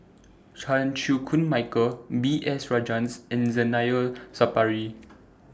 Chan Chew Koon Michael B S Rajhans and Zainal Sapari